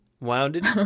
wounded